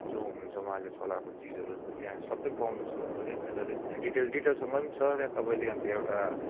जो हुनुहुन्छ उहाँले चलाएको चिजहरू त्यहाँ सबै पाउनुहुन्छ तपाईँले त्यहाँ डल्लै डिटेल डिटेलसँग पनि छ तपाईँले अन्त एउटा